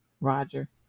roger